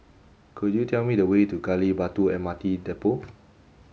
could you tell me the way to Gali Batu M R T Depot